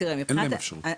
אין להם אפשרות.